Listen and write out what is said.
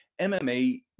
MMA